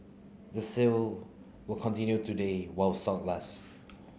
the sale will continue today while stock last